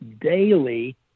daily